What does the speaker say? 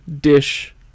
dish